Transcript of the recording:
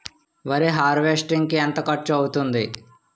వరి హార్వెస్టింగ్ కి ఎంత ఖర్చు అవుతుంది?